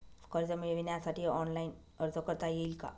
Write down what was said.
कर्ज मिळविण्यासाठी ऑनलाइन अर्ज करता येईल का?